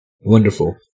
Wonderful